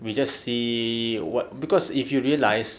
we just see what cause if you realise